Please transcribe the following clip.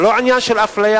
זה לא עניין של אפליה,